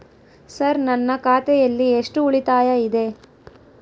Sir ನನ್ನ ಖಾತೆಯಲ್ಲಿ ಎಷ್ಟು ಉಳಿತಾಯ ಇದೆ?